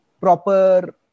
proper